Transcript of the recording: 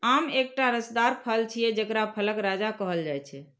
आम एकटा रसदार फल छियै, जेकरा फलक राजा कहल जाइ छै